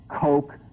Coke